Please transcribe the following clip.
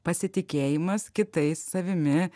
pasitikėjimas kitais savimi